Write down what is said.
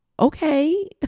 Okay